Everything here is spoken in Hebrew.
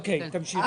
אוקיי, תמשיכי.